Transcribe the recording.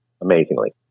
amazingly